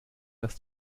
dass